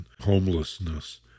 homelessness